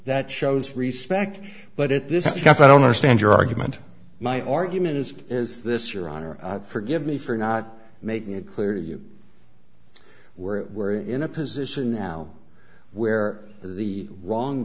that shows respect but it this is just i don't understand your argument my argument is is this your honor forgive me for not making it clear you were in a position now where the wrong